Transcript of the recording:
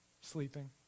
Sleeping